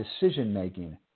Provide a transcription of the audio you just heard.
decision-making